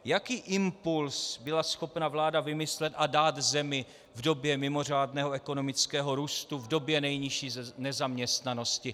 Jaký impuls byla schopna vláda vymyslet a dát zemi v době mimořádného ekonomického růstu, v době nejnižší nezaměstnanosti?